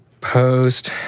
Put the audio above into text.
post